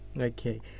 Okay